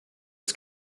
its